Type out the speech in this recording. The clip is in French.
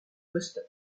vostok